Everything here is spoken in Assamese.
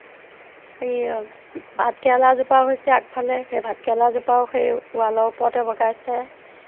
এই ভাতকেৰেলা জোপাও হৈছে আগফালে ভাতকেৰেলাজোপাও সেই ৱালৰ ওপৰতে বগাইছে